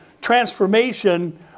transformation